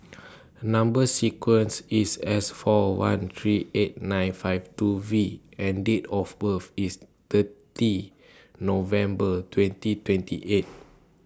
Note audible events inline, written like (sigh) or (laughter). Number sequence IS S four one three eight nine five two V and Date of birth IS thirty November twenty twenty eight (noise)